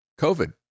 COVID